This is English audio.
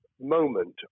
moment